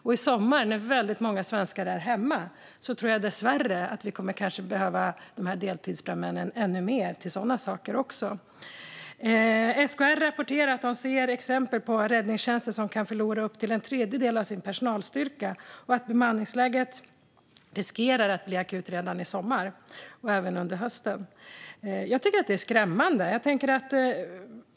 Och i sommar, när väldigt många svenskar är hemma, tror jag dessvärre att vi kanske kommer att behöva deltidsbrandmännen ännu mer också till sådana saker. SKR rapporterar att de ser exempel på räddningstjänster som kan förlora upp till en tredjedel av sin personalstyrka och att bemanningsläget riskerar att bli akut redan i sommar och även under hösten. Jag tycker att det är skrämmande.